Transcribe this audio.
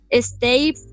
Stay